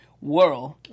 world